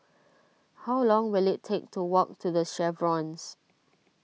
how long will it take to walk to the Chevrons